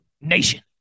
Nation